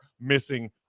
missing